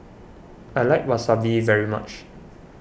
I like Wasabi very much